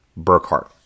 Burkhart